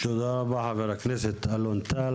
תודה רבה לחבר הכנסת אלון טל,